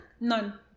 None